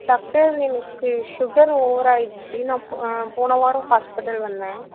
doctor எனக்கு sugar over ஆயிடுச்சு நான் ப போன வாரம் ஹாஸ்பிட்டல் வந்தேன்